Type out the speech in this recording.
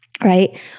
right